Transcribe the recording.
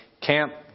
camp